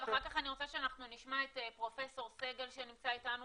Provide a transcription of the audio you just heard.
ואחר כך אני רוצה שאנחנו נשמע את פרופ' סגל שנמצא איתנו